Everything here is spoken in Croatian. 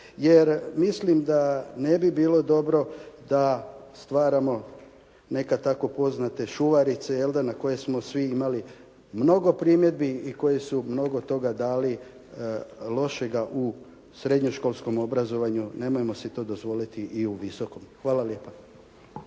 Jer mislim da ne bi bilo dobro da stvaramo nekad tako poznate "Šuvarice" jelda na koje smo svi imali mnogo primjedbi i koje su mnogo toga dali lošega u srednjoškolskome obrazovanju. Nemojmo si to dozvoliti i u visokom. Hvala lijepa.